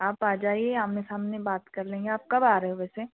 आप आ जाइए आमने सामने बात कर लेंगे आप कब आ रहे हो वैसे